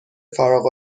فارغ